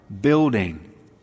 building